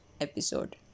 episode